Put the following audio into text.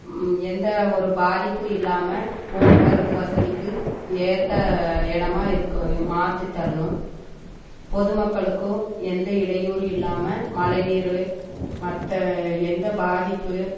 எந்த ஒரு பாதிப்பும் இல்லாமல் போக்குவரத்து வசதிக்கு ஏற்ற இடமா இருக்கும் மாற்றி தரணும் பொதுமக்களுக்கும் எந்த இடையூறும் இல்லாமல் மழை நீர் மற்ற எந்த பாதிப்பு